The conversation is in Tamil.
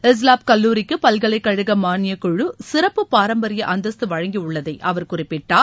ஹிஸ்லாப் கல்லூரிக்கு பல்கலைக்கழக மான்யக் குழு சிறப்பு பாரம்பரிய அந்தஸ்து வழங்கியுள்ளதை அவர் குறிப்பிட்டார்